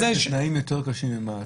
--- מבחינה מסוימת יש תנאים יותר קשים ממעצר.